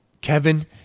Kevin